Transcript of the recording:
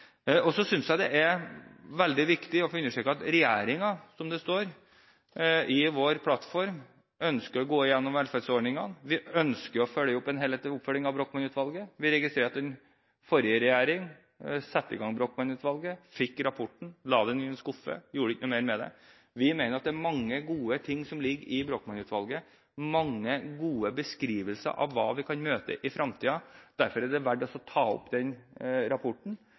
Jeg synes det er veldig viktig å understreke – som det står i vår plattform – at regjeringen ønsker å gå gjennom velferdsordningene. Vi ønsker en helhetlig oppfølging av Brochmann-utvalget. Vi registrerer at den forrige regjeringen satte i gang Brochmann-utvalget, fikk rapporten, la den i en skuff og gjorde ikke noe mer med den. Vi mener at det er mange gode ting som ligger i Brochmann-utvalgets rapport – mange gode beskrivelser av hva vi kan møte i fremtiden. Derfor er det verdt å ta opp rapporten, gå gjennom den